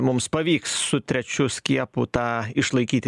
mums pavyks su trečiu skiepu tą išlaikyti